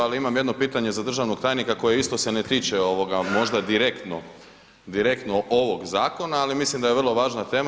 Ali imam jedno pitanje za državnog tajnika koje isto se ne tiče možda direktno ovog zakona ali mislim da je vrlo važna tema.